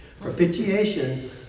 propitiation